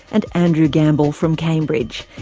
and andrew gamble from cambridge.